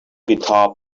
guitar